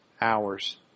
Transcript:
hours